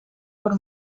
por